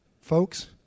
Folks